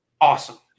Awesome